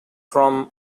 from